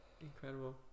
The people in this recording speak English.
Incredible